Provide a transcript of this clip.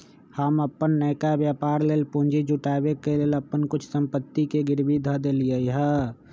हम अप्पन नयका व्यापर लेल पूंजी जुटाबे के लेल अप्पन कुछ संपत्ति के गिरवी ध देलियइ ह